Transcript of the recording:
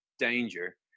danger